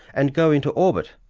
and go into orbit.